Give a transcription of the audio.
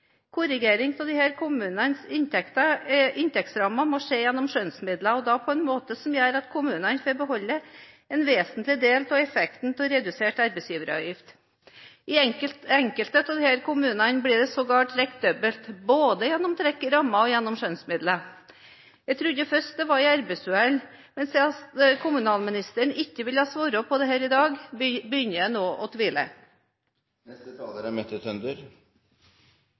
Korrigering av disse kommunenes inntektsrammer må skje gjennom skjønnsmidler, og da på en måte som gjør at kommunen får beholde en vesentlig del av effekten av redusert arbeidsgiveravgift. I enkelte av disse kommunene blir det sågar trukket dobbelt, både gjennom trekk i rammer og gjennom skjønnsmidler. Jeg trodde først det var et arbeidsuhell, men siden kommunalministeren ikke ville svare på dette i dag, begynner jeg nå å tvile.